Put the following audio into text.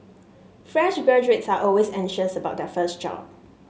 fresh graduates are always anxious about their first job